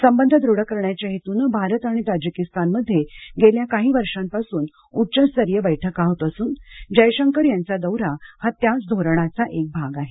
संबंध दृढ करण्याच्या हेतूनं भारत आणि ताजिकिस्तानमध्ये गेल्या काही वर्षांपासून उच्चस्तरीय बैठका होत असून जयशंकर यांचा दौरा हा त्याच धोरणाचा एक भाग आहे